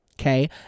okay